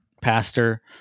Pastor